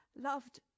loved